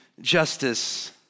justice